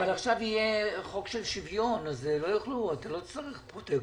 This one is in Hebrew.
עכשיו יהיה חוק של שוויון אז לא תצטרך פרוטקציות.